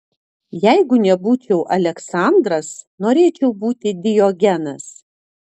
jeigu nebūčiau aleksandras norėčiau būti diogenas